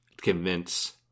convince